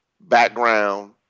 background